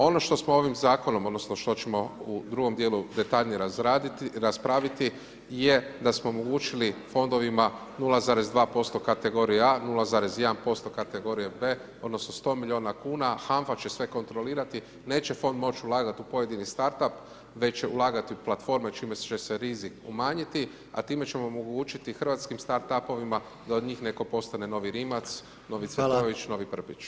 Ono što smo ovim zakonom odnosno što ćemo u drugom dijelu detaljnije raspraviti je da smo omogućili fondovima 0,2% kategorije a, 0,1% kategorije b, odnosno 100 milijuna kuna a HANFA će sve kontrolirati, neće fond moći ulagati u pojedini start up, već će ulagati u platforme čime će se rizik umanjiti a time ćemo omogućiti hrvatskim start up-ovima da od njih netko postane novi Rimac, novi Cvetojević, novi Prpić.